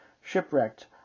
shipwrecked